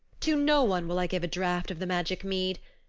to no one will i give a draught of the magic mead.